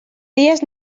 dies